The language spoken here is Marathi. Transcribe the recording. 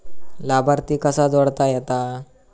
लाभार्थी कसा जोडता येता?